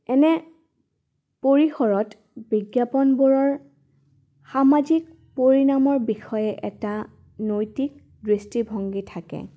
এনে পৰিসৰত বিজ্ঞাপনবোৰৰ সামাজিক পৰিণামৰ বিষয়ে এটা নৈতিক দৃষ্টিভংগী থাকে